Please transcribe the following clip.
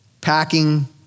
Packing